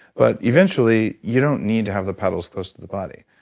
but eventually you don't need to have the paddles close to the body.